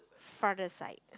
father side